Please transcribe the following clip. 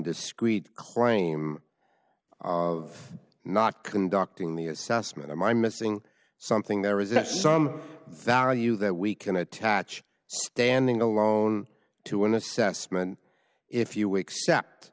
discrete claim of not conducting the assessment am i missing something there is some value that we can attach standing alone to an assessment if you